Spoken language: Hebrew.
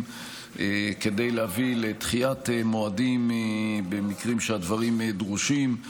כדי להביא לדחיית מועדים במקרים שבהם הדברים דרושים.